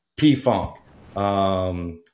P-Funk